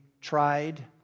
Tried